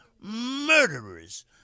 murderers